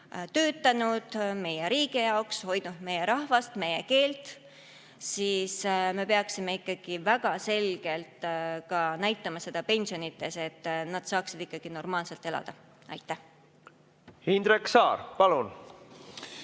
meie riigi heaks ning hoidnud meie rahvast ja meie keelt, siis me peaksime ikkagi väga selgelt näitama seda pensionidega, et nad saaksid normaalselt elada. Indrek Saar, palun!